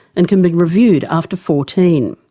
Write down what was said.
and can be reviewed after fourteen.